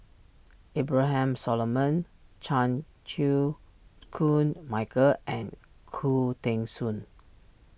Abraham Solomon Chan Chew Koon Michael and Khoo Teng Soon